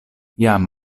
jam